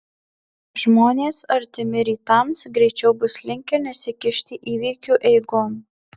žmonės artimi rytams greičiau bus linkę nesikišti įvykių eigon